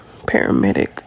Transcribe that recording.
paramedic